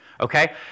Okay